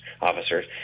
officers